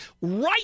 right